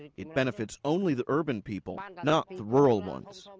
it benefits only the urban people, and not the rural ones.